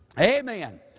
Amen